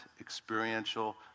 experiential